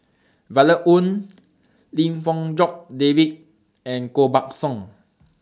Violet Oon Lim Fong Jock David and Koh Buck Song